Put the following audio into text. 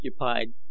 occupied